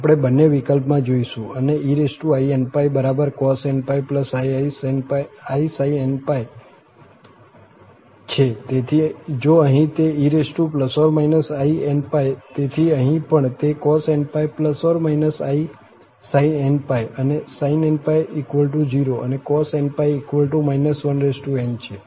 આપણે બંને વિકલ્પમાં જોઈશું અને ein બરાબર cos⁡nπisin⁡nπ છે તેથી જો અહીં તે e±in તેથી અહીં પણ તે cos⁡nπisin⁡nπ અને sin⁡nπ0 અને cos⁡nπn છે